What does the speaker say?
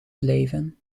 blijven